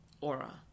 aura